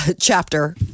chapter